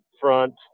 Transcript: front